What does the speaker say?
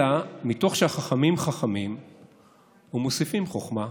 אלא שמתוך שהחכמים חכמים ומוסיפים חוכמה,